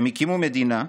הם הקימו מדינה,